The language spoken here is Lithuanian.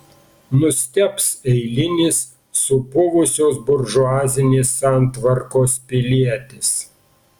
nustebs eilinis supuvusios buržuazinės santvarkos pilietis